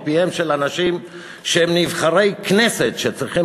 מפיהם של אנשים שהם נבחרי כנסת וצריכים